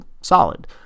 solid